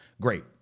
Great